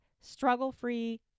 struggle-free